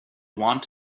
want